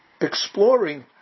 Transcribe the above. exploring